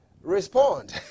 Respond